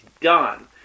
done